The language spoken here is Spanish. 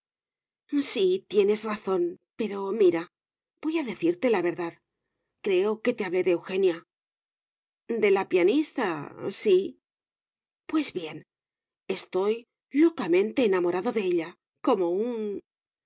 sí tienes razón pero mira voy a decirte la verdad creo que te hablé de eugenia de la pianista sí pues bien estoy locamente enamorado de ella como un